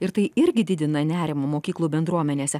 ir tai irgi didina nerimą mokyklų bendruomenėse